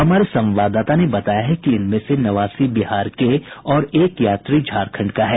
हमारे संवाददाता ने बताया है कि इनमें से नवासी बिहार के और एक यात्री झारखंड का है